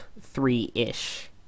three-ish